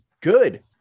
good